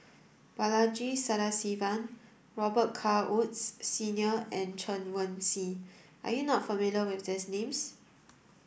Balaji Sadasivan Robet Carr Woods Senior and Chen Wen Hsi are you not familiar with these names